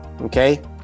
okay